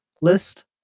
list